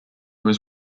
was